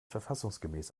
verfassungsgemäß